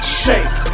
shake